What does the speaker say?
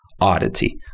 oddity